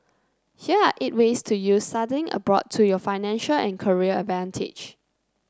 here are eight ways to use studying abroad to your financial and career advantage